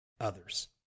others